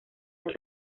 del